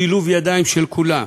שילוב ידיים של כולם.